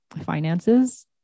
finances